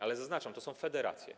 Ale zaznaczam, że to są federacje.